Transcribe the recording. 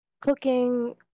cooking